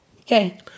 Okay